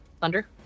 Thunder